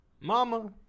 Mama